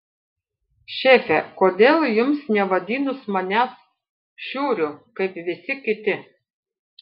šefe kodėl jums nevadinus manęs šiuriu kaip visi kiti